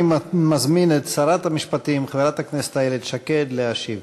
אני מזמין את שרת המשפטים חברת הכנסת איילת שקד להשיב.